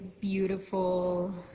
beautiful